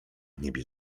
niebie